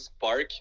park